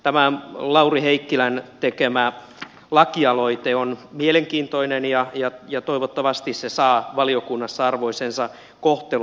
tämä lauri heikkilän tekemä lakialoite on mielenkiintoinen ja toivottavasti se saa valiokunnassa arvoisensa kohtelun